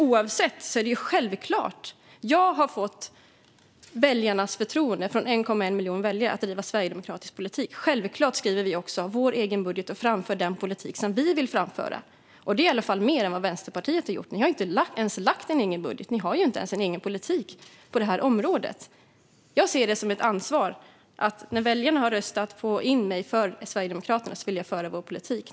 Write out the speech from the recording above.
Oavsett detta är det så att jag har fått förtroende från 1,1 miljoner väljare att driva sverigedemokratisk politik. Självklart skriver vi också vår egen budget och framför den politik som vi vill framföra. Det är i alla fall mer än vad Vänsterpartiet har gjort. Ni har ju inte ens lagt fram en egen budget. Ni har ju inte ens en egen politik på detta område. Jag ser det som ett ansvar: När väljarna har röstat in mig för Sverigedemokraterna vill jag föra vår politik.